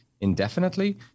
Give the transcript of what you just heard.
indefinitely